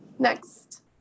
next